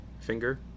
finger